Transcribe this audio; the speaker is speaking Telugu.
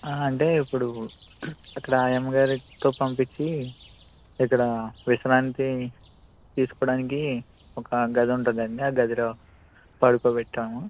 ఆ అంటే ఇప్పుడు ఇక్కడ ఆయమ్మ గారితో పంపించి ఇక్కడ విశ్రాంతి తీసుకోవడానికి ఒక గది ఉంటుందండి ఆ గదిలో పడుకోబెట్టాము